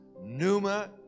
Numa